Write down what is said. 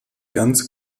ganz